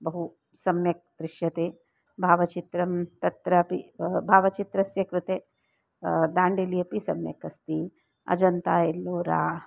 बहु सम्यक् दृश्यते भावचित्रं तत्रापि भावचित्रस्य कृते दाण्डेलि अपि सम्यक् अस्ति अजन्ता एल्लोरा